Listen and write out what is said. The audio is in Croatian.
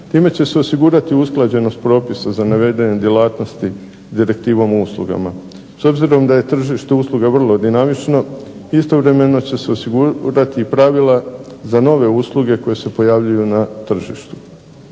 Time će se osigurati usklađenost propisa za navedene djelatnosti direktivom o uslugama. S obzirom da je tržište usluga vrlo dinamično, istovremeno će se osigurati pravila za nove usluge koje se pojavljuju na tržištu.